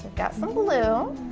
got some blue.